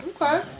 Okay